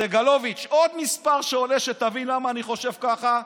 סגלוביץ', עוד מספר עולה, שתבין למה אני חושב ככה.